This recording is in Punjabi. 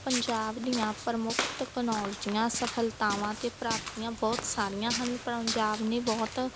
ਪੰਜਾਬ ਦੀਆਂ ਪ੍ਰਮੁੱਖ ਟਕਨੋਲਜੀਆਂ ਸਫਲਤਾਵਾਂ ਅਤੇ ਪ੍ਰਾਪਤੀਆਂ ਬਹੁਤ ਸਾਰੀਆਂ ਹਨ ਪੰਜਾਬ ਨੇ ਬਹੁਤ